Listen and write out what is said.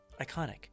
iconic